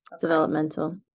developmental